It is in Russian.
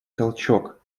толчок